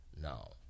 now